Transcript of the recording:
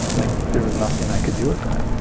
like there was nothing i could do with that,